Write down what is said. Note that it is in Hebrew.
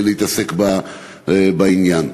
להתעסק בעניין.